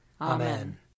Amen